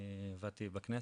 עבדתי בכנסת,